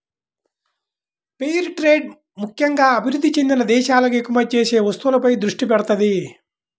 fair trade ముక్కెంగా అభివృద్ధి చెందిన దేశాలకు ఎగుమతి చేసే వస్తువులపై దృష్టి పెడతది